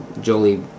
Jolie